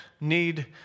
need